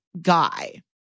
guy